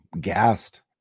gassed